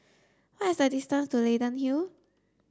what is the distance to Leyden Hill